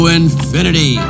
infinity